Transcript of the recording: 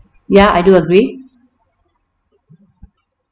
ya I do agree